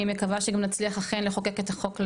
אני מקווה שגם אכן נצליח לחוקק את החוק,